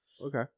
Okay